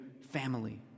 family